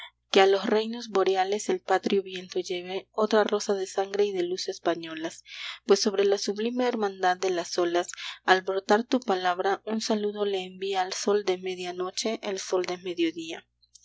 que a los reinos boreales el patrio viento lleve otra rosa de sangre y de luz españolas pues sobre la sublime hermandad de las olas al brotar tu palabra un saludo le envía al sol de media noche el sol de mediodía